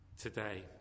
today